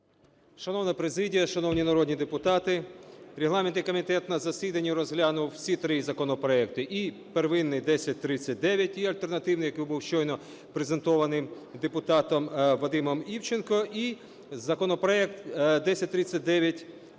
Шановна президія, шановні народні депутати! Регламентний комітет на засіданні розглянув всі три законопроекти: і первинний – 1039, і альтернативний, який був щойно презентований депутатом Вадимом Івченко, законопроект 1030-2,